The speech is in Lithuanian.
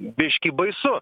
biškį baisu